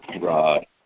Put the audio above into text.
Right